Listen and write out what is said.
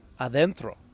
adentro